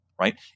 right